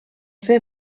fer